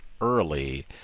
early